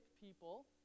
people